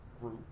group